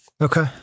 Okay